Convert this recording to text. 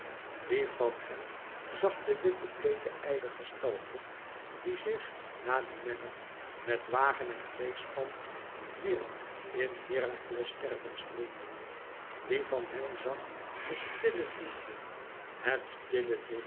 wie van hen zag de witte bleeke ijle gestalte die zich na den menner met wagen en tweespan wierp in herakles stervensgloed wie van hen zag de stille liefde het